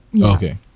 Okay